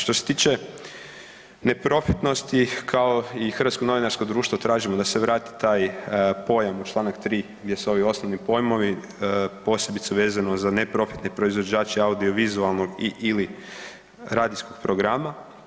Što se tiče neprofitnosti kao i Hrvatsko novinarsko društvo tražimo da se vrati taj pojam u Članak 3. gdje su ovi osnovni pojmovi posebice vezano za neprofitne proizvođače audiovizualnog i/ili radijskog programa.